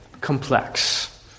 complex